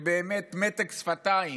באמת במתק שפתיים,